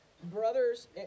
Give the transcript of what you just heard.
Brothers